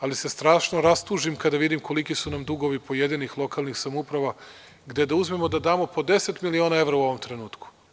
Ali, strašno se rastužim kada vidim koliki su nam dugovi pojedinih lokalnih samouprava, gde da uzmemo da damo po deset miliona evra u ovom trenutku.